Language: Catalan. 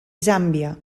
zàmbia